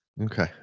Okay